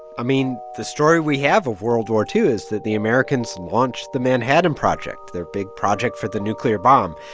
i mean, the story we have of world war ii is that the americans launched the manhattan project, their big project for the nuclear bomb.